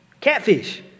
catfish